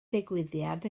digwyddiad